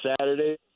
Saturday